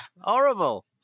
Horrible